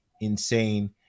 insane